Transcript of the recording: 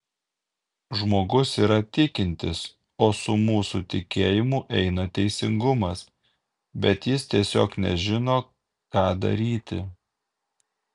žmogus yra tikintis o su mūsų tikėjimu eina teisingumas bet jis tiesiog nežino ką daryti